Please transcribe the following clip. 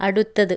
അടുത്തത്